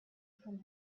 from